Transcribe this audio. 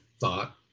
thought